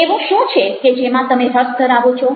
એવું શું છે કે જેમાં તમે રસ ધરાવો છો